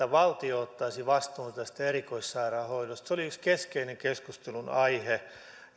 valtio ottaisi vastuun tästä erikoissairaanhoidosta se oli yksi keskeinen keskustelunaihe